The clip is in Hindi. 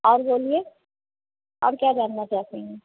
और बोलिए और क्या जानना चाहती हैं